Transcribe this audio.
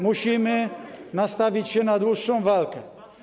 Musimy nastawić się na dłuższą walkę.